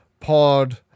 pod